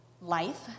life